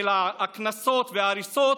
הקנסות וההריסות,